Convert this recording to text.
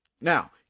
Now